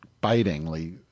bitingly